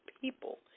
people